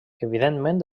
evidentment